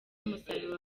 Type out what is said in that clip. n’umusaruro